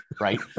Right